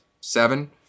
seven